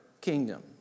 kingdom